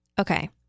Okay